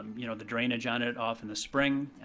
you know, the drainage on it off in the spring,